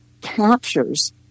captures